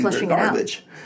garbage